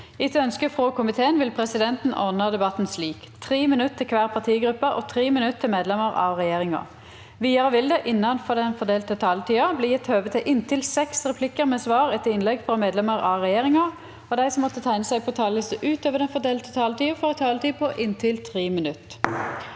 forvaltningskomiteen vil presidenten ordne debatten slik: 3 minutter til hver partigruppe og 3 minutter til medlemmer av regjeringen. Videre vil det – innenfor den fordelte taletid – bli gitt anledning til inntil fem replikker med svar etter innlegg fra medlemmer av regjeringen, og de som måtte tegne seg på talerlisten utover den fordelte taletid, får også en taletid på inntil 3 minutter.